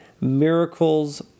miracles